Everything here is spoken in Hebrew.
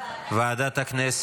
לוועדה לקידום מעמד האישה.